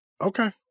Okay